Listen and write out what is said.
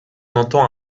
entend